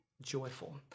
joyful